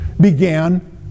began